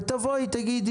ותגידי,